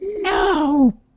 No